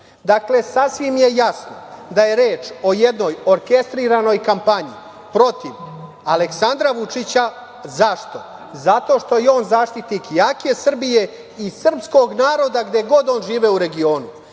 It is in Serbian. Vučića. Dakle, sasvim je jasno da je reč o jednoj orkestriranoj kampanji protiv Aleksandra Vučića. Zašto? Zato što je on zaštitnik jake Srbije i srpskog naroda, gde god on živeo u regionu. Nekome